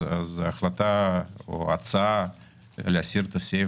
אני תומך בהצעה להסיר את הסעיף